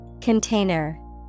Container